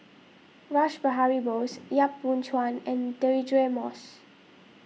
Rash Behari Bose Yap Boon Chuan and Deirdre Moss